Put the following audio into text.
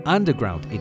（Underground